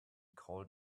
called